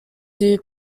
dew